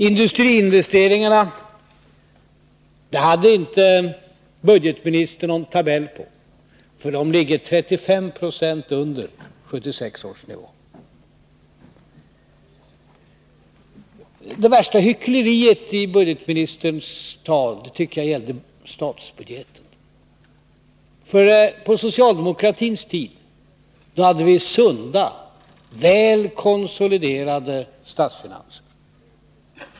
Industriinvesteringarna hade budgetministern ingen tabell över, men de ligger 35 70 under 1976 års nivå. Jag tycker att det värsta hyckleriet i ekonomioch budgetministerns tal gällde statsbudgeten. På socialdemokratins tid hade vi sunda, väl konsoliderade statsfinanser.